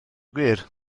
gwir